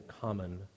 common